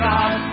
God